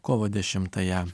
kovo dešimtąją